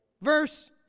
Verse